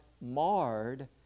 marred